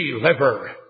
deliver